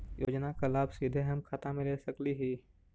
योजना का लाभ का हम सीधे खाता में ले सकली ही?